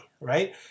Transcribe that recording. right